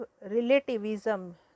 relativism